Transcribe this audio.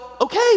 okay